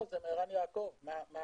אפשר לדבר על זה הרבה זמן, למה נתנו